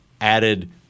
added